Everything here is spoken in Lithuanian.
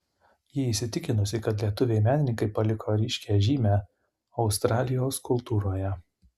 ji įsitikinusi kad lietuviai menininkai paliko ryškią žymę australijos kultūroje